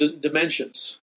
dimensions